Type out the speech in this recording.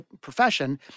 profession